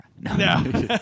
No